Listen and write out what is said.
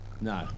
No